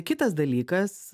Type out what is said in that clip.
kitas dalykas